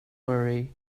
worry